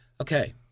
Okay